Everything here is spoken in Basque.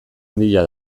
handia